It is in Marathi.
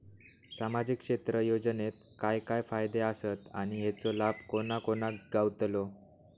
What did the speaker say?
सामजिक क्षेत्र योजनेत काय काय फायदे आसत आणि हेचो लाभ कोणा कोणाक गावतलो?